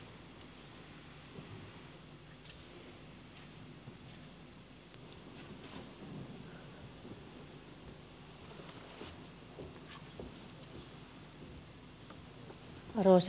arvoisa puhemies